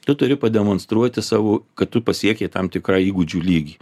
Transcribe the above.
tu turi pademonstruoti savo kad tu pasiekei tam tikrą įgūdžių lygį